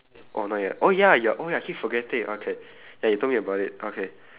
oh not yet oh ya you're oh ya I keep forgetting okay ya you told me about it okay